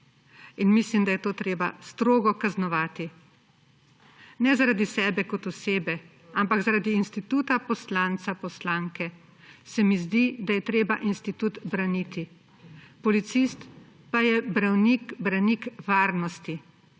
In mislim, da je to treba strogo kaznovati. Ne zaradi sebe kot osebe, ampak zaradi instituta poslanca in poslanke se mi zdi, da je treba institut braniti. Policist pa je branik varnosti.